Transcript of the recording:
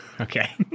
Okay